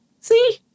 See